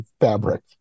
fabric